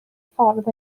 ffordd